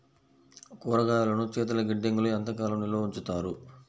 కూరగాయలను శీతలగిడ్డంగిలో ఎంత కాలం నిల్వ ఉంచుతారు?